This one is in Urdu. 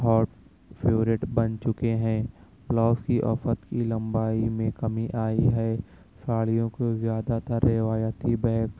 ہاٹ فيورٹ بن چكے ہيں بلاؤز كى اوسط كى لمبائى ميں کمی آ گئی ہے ساڑیوں کو زیادہ تر روایتی بیگ